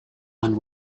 one